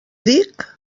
dic